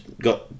got